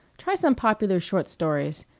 try some popular short stories.